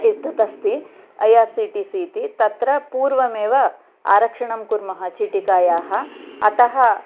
एतत् अस्ति I R C T C इति तत्र पूर्वमेव आराक्षणं कुर्मः चीटीकायाः अतः